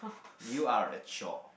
you are a chore